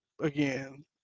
again